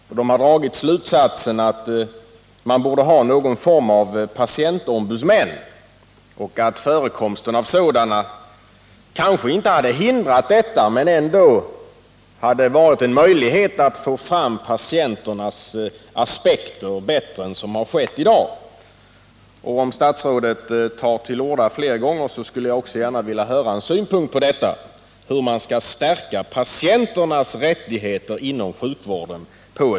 Förbundet har dragit slutsatsen att man borde ha någon form av patientombudsmän och att förekomsten av sådana kanske inte hade hindrat det som inträffat men ändå inneburit en möjlighet att få fram patienternas aspekter bättre än som har skett i dag. Om statsrådet tar till orda fler gånger, skulle jag också gärna vilja få en synpunkt på hur man på ett effektivare sätt skall stärka patienternas rättigheter inom sjukvården.